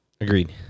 agreed